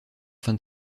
fin